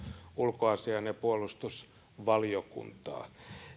ulkoasiain ja puolustusvaliokuntaa